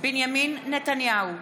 בנימין נתניהו,